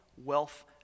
wealth